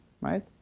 right